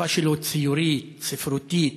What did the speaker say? השפה שלו ציורית, ספרותית,